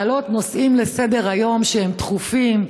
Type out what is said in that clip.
להעלות נושאים לסדר-היום שהם דחופים,